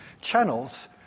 channels